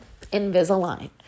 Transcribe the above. Invisalign